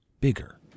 bigger